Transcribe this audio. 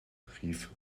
rief